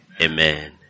Amen